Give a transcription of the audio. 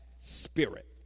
spirit